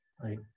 right